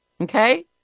Okay